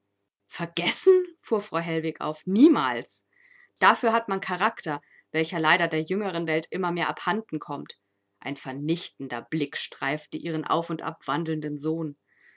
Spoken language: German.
vergessen fuhr frau hellwig auf niemals dafür hat man charakter welcher leider der jüngeren welt immer mehr abhanden kommt ein vernichtender blick streifte ihren auf und ab wandelnden sohn